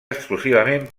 exclusivament